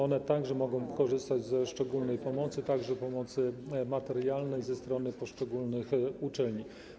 One także mogą korzystać ze szczególnej pomocy, także pomocy materialnej, ze strony poszczególnych uczelni.